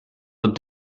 what